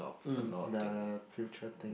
mm the future things